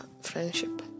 friendship